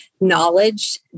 knowledge